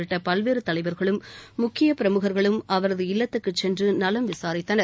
உள்ளிட்ட பல்வேறு தலைவர்களும் முக்கிய பிரமுகர்களும் அவரது இல்லத்துக்குச் சென்று நலம் விசாரித்தனர்